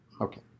okay